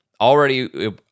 already